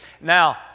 Now